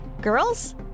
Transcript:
Girls